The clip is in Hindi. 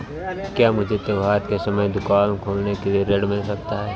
क्या मुझे त्योहार के समय दुकान खोलने के लिए ऋण मिल सकता है?